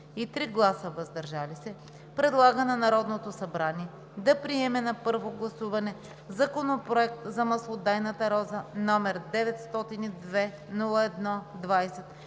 и 3 гласа „въздържал се“ предлага на Народното събрание да приеме на първо гласуване Законопроект за маслодайната роза, № 902-01-20,